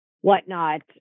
whatnot